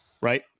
right